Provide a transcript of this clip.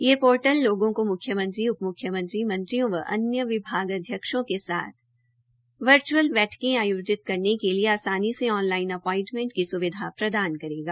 यह पोर्टल लोगों को मुख्यमंत्री उप मुख्यमंत्री मंत्रियों व अन्य विभागाध्यक्षों के साथ वर्च्अल बैठकें आयोजित करने के लिए आसानी से ऑनलाइन अपॉइंटमेंट की स्विधा प्रदान करेगा